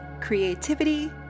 creativity